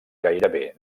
gairebé